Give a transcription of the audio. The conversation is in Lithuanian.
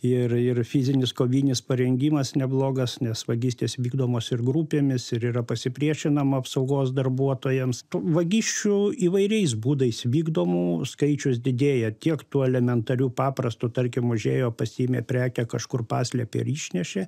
ir ir fizinis kovinis parengimas neblogas nes vagystės vykdomos ir grupėmis ir yra pasipriešinama apsaugos darbuotojams tų vagysčių įvairiais būdais vykdomų skaičius didėja tiek tų elementarių paprastų tarkim užėjo pasiėmė prekę kažkur paslėpė ir išnešė